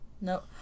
no